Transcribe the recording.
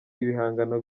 ibihangano